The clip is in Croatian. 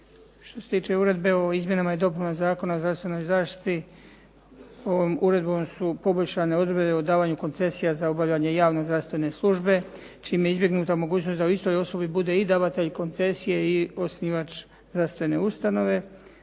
Što se tiče Uredbe o izmjenama i dopunama Zakona o zdravstvenoj zaštiti ovom uredbom su poboljšanje odredbe o davanju koncesija za obavljanje javne zdravstvene službe čime je izbjegnuta mogućnost da u istoj osobi bude i davatelj koncesije i osnivač zdravstvene ustanove.